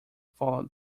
follows